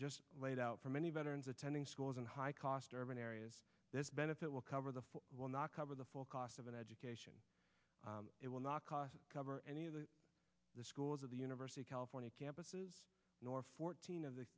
just laid out for many veterans attending schools and high cost urban areas this benefit will cover the will not cover the full cost of an education it will not cost cover any of the schools of the university of california campuses nor fourteen of the